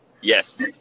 Yes